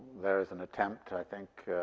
there is an attempt, i think,